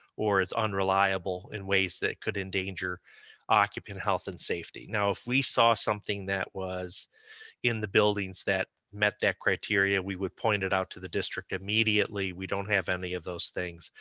or it's unreliable in ways that could endanger occupant health and safety. now, if we saw something that was in the buildings that met that criteria, we would point it out to the district immediately, we don't have any of those things.